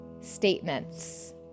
statements